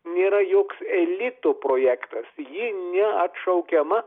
nėra joks elito projektas ji neatšaukiama